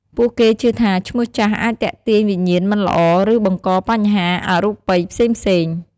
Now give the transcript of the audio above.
ពួកគេជឿថាឈ្មោះចាស់អាចទាក់ទាញវិញ្ញាណមិនល្អឬបង្កបញ្ហាអរូបីផ្សេងៗ។